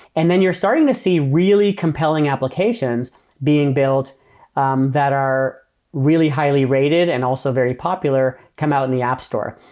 and then you're starting to see really compelling applications being built um that are really highly-rated and also very popular come out in the app store.